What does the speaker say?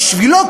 בשבילו,